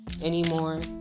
anymore